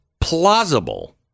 plausible